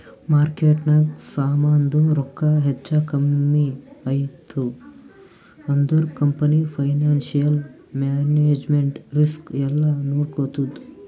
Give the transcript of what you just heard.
ಮಾರ್ಕೆಟ್ನಾಗ್ ಸಮಾಂದು ರೊಕ್ಕಾ ಹೆಚ್ಚಾ ಕಮ್ಮಿ ಐಯ್ತ ಅಂದುರ್ ಕಂಪನಿ ಫೈನಾನ್ಸಿಯಲ್ ಮ್ಯಾನೇಜ್ಮೆಂಟ್ ರಿಸ್ಕ್ ಎಲ್ಲಾ ನೋಡ್ಕೋತ್ತುದ್